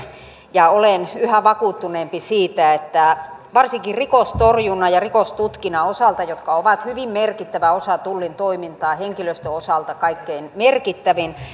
ja olen yhä vakuuttuneempi siitä että varsinkin rikostorjunnan ja rikostutkinnan osalta jotka ovat hyvin merkittävä osa tullin toimintaa henkilöstön osalta kaikkein merkittävin